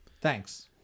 Thanks